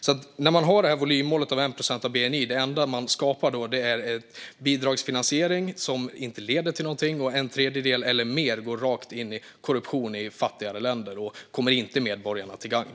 Det enda man skapar om man har ett volymmål om 1 procent av bni är bidragsfinansiering, som inte leder till någonting, och att en tredjedel eller mer går rakt in i korruption i fattigare länder och inte kommer medborgarna till gagn.